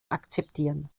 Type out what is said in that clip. akzeptieren